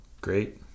Great